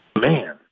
man